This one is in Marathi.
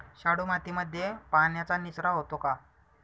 शाडू मातीमध्ये पाण्याचा निचरा होतो का?